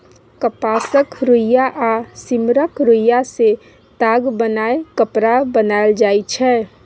कपासक रुइया आ सिम्मरक रूइयाँ सँ ताग बनाए कपड़ा बनाएल जाइ छै